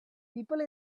people